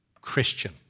Christian